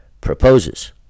proposes